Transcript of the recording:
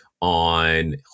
on